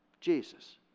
Jesus